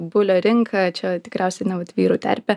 bulio rinka čia tikriausiai na vat vyrų terpė